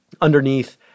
underneath